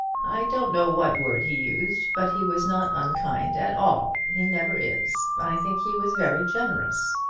i don't know what word he used, but he was not unkind at all he never is. i think he was very generous.